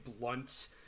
blunt